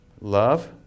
Love